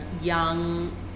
young